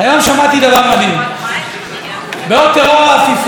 בעוד טרור העפיפונים,